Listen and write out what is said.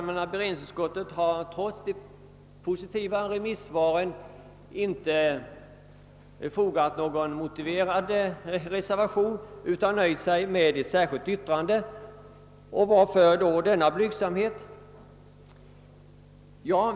männa beredningsutskottet har trots de positiva remissvaren inte lämnat någon reservation utan nöjt sig med ett särskilt yttrande. Varför denna blygsamhet?